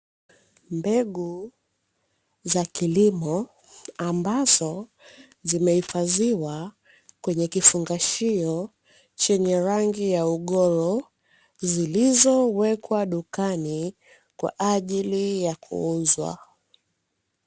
Mbegu za kilimo ambazo zimehifadhiwa kwenye kifungashio chenye rangi ya ugoro, zilizowekwa dukani kwa ajili ya kuuzwa.